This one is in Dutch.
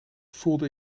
voelde